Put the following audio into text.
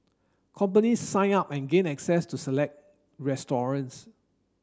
companies sign up and gain access to select restaurants